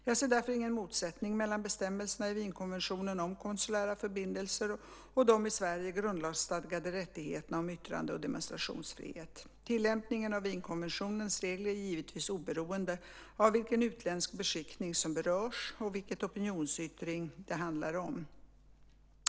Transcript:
Jag ser därför ingen motsättning mellan bestämmelserna i Wienkonventionen om konsulära förbindelser och de i Sverige grundlagsstadgade rättigheterna om yttrande och demonstrationsfrihet. Tillämpningen av Wienkonventionens regler är givetvis oberoende av vilken utländsk beskickning som berörs och vilken opinionsyttring det handlar om.